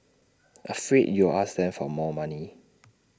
afraid you'll ask them for more money